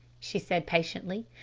she said patiently.